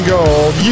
Gold